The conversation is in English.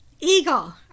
Eagle